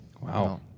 Wow